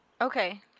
Okay